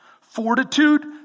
fortitude